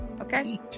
okay